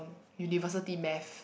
University math